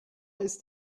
ist